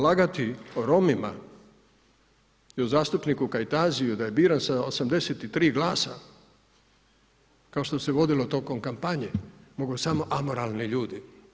Lagati o Romima i o zastupniku Kajtaziju, da je biran sa 83 glasa, kao što se je vodilo tokom kampanje, mogu samo amoralni ljudi.